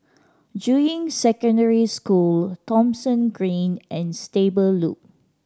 Juying Secondary School Thomson Green and Stable Loop